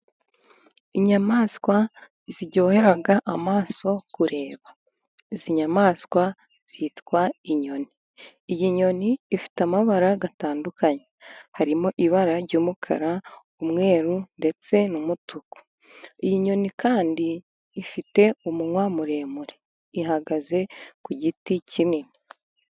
Inyamaswa ziryohera amaso kureba, izi nyamaswa zitwa inyoni. Iyi nyoni ifite amabara atandukanye. Harimo ibara ry'umukara, umweru ndetse n'umutuku. Iyi nyoni kandi ifite umunwa muremure, ihagaze ku giti kinini.